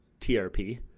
trp